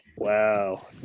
Wow